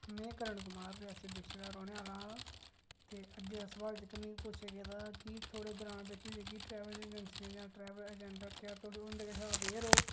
में करन कुमार रियासी डिस्ट्रिक दा रौह्ने आह्ला ते अज्जै दा सोआल जेह्का मिगी पुच्छेआ गेदा की थोह्ड़े ग्रांऽ बिच जेह्कियां ट्रेवल एजेंसियां जां एजेंट क्या तुस उं'दे कोला अवेयर ओ